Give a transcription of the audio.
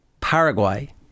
Paraguay